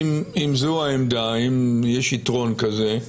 אם זו העמדה, אם יש יתרון כזה,